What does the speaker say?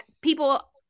People